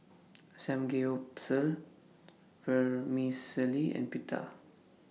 Samgeyopsal Vermicelli and Pita